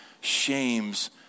shames